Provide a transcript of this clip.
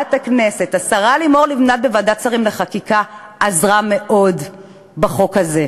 היא עוד תישאר,